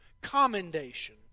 commendation